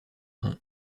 rhin